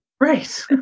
Right